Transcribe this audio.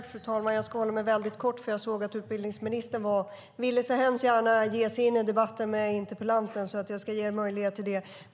Fru talman! Jag ska fatta mig kort, för jag såg att utbildningsministern så gärna ville ge sig in i debatten med interpellanten och ska därför ge honom möjlighet till det.